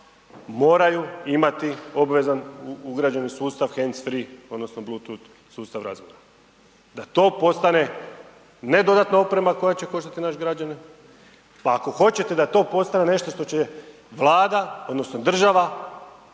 moraju imati obvezan ugrađeni sustav heinz free odnosno Bleutooth sustav razmjena da to postane, ne dodatna oprema koja će koštati naše građane, pa ako hoćete da to postane nešto što će Vlada odnosno država